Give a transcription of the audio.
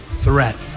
threat